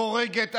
הורגת אנשים,